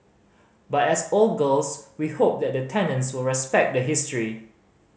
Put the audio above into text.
but as old girls we hope that the tenants will respect the history